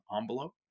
envelope